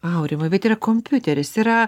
aurimai bet yra kompiuteris yra